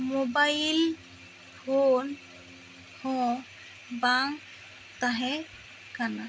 mobile phone ᱦᱚᱸ ᱵᱟᱝ ᱛᱟᱦᱮᱸ ᱠᱟᱱᱟ